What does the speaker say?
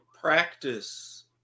practice